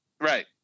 Right